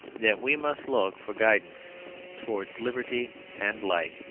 that we must look for guidance towards liberty and light.